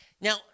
Now